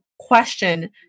question